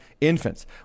infants